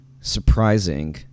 surprising